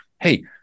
hey